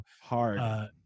hard